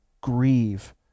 grieve